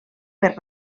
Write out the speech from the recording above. per